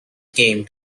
came